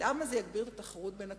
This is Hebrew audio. למה זה יגביר את התחרות בין הקופות?